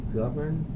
govern